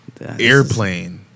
Airplane